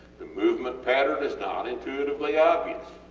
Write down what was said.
the movement pattern is not intuitively obvious,